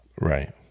Right